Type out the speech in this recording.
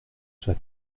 soit